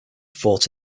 fought